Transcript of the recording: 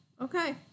Okay